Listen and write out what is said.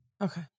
Okay